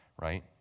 right